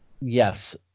Yes